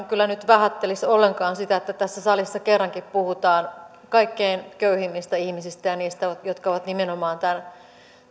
kyllä nyt vähättelisi ollenkaan sitä että tässä salissa kerrankin puhutaan kaikkein köyhimmistä ihmisistä ja niistä jotka ovat nimenomaan tämän